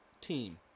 team